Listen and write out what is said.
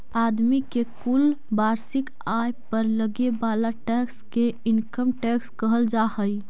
आदमी के कुल वार्षिक आय पर लगे वाला टैक्स के इनकम टैक्स कहल जा हई